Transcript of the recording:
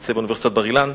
מרצה באוניברסיטת בר-אילן,